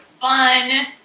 fun